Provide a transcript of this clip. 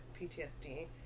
PTSD